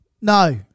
No